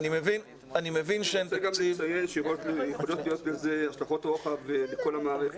אני רוצה גם לציין שיכולות להיות לזה השלכות רוחב בכל המערכת.